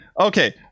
Okay